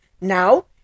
Now